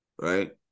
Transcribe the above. right